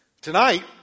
tonight